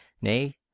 nay